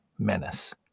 menace